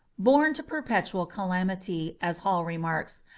born to perpetual calamity, as hall remarks,